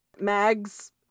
Mags